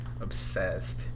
obsessed